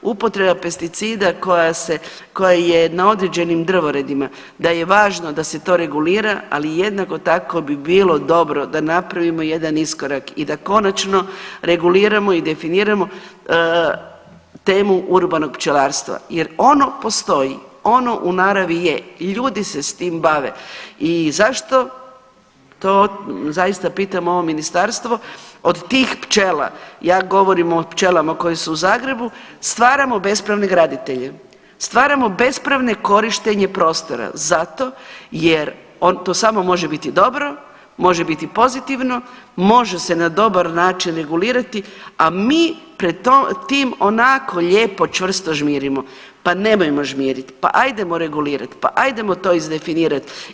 Upotreba pesticida koja je na određenim drvoredima, da je važno da se to regulira, ali jednako tako bi bilo dobro da napravimo jedan iskorak i da konačno reguliramo i definiramo temu urbanog pčelarstva jer ono postoji, ono u naravi je i ljudi se s tim bave i zašto to zaista pitam ovo ministarstvo od tih pčela, ja govorim o pčelama koje su u Zagrebu, stvaramo bespravne graditelje, stvaramo bespravne korištenje prostora zato jer on tu samo može biti dobro, može biti pozitivno, može se na dobar način regulirati, a mi pred tim onako lijepo čvrsto žmirimo, pa nemojmo žmirit, pa adjemo regulirat, pa ajdemo to izdefinirat.